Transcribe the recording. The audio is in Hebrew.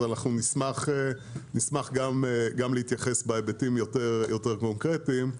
נשמח גם להתייחס בהיבטים יותר קונקרטיים.